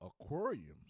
Aquariums